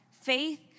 faith